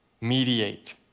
mediate